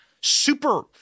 super